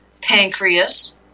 Pancreas